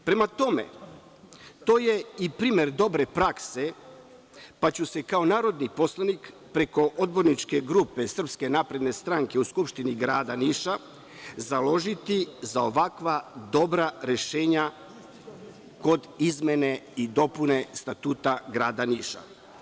Prema tome, to je i primer dobre prakse, pa ću se kao narodni poslanik preko odborničke grupe SNS u Skupštini grada Niša založiti za ovakva dobra rešenja kod izmene i dopune Statuta grada Niša.